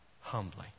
humbly